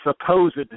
supposed